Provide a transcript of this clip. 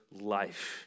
life